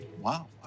Wow